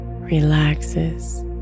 relaxes